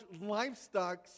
livestock